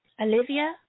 Olivia